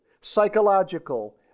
psychological